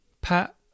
Pat